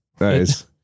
Nice